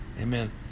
Amen